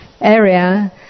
area